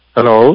Hello